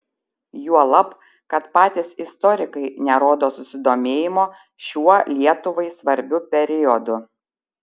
juolab kad patys istorikai nerodo susidomėjimo šiuo lietuvai svarbiu periodu